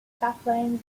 chaplains